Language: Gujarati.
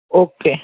ઓકે